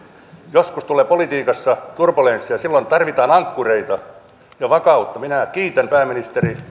joskus tulee politiikassa turbulenssia silloin tarvitaan ankkureita ja vakautta minä kiitän pääministeri